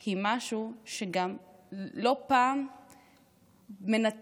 היא משהו שגם לא פעם מנתק